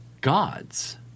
gods